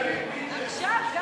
שמית.